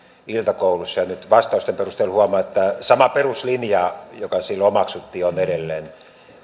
iltakoulussa ja nyt vastausten perusteella huomaan että sama peruslinja joka silloin omaksuttiin on edelleen